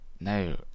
no